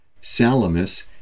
Salamis